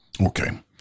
Okay